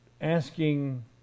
asking